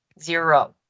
zero